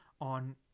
on